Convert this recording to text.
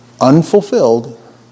Unfulfilled